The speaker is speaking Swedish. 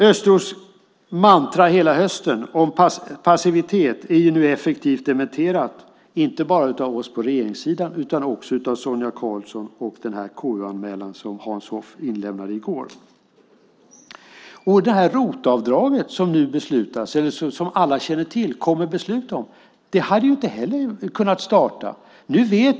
Östros mantra under hela hösten om passivitet är nu effektivt dementerat inte bara av oss på regeringssidan utan också av Sonia Karlsson och av den KU-anmälan som Hans Hoff inlämnade i går. ROT-avdraget som alla känner till och som det kom ett beslut om hade inte heller kunnat starta om vi hade varit passiva.